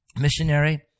missionary